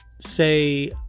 say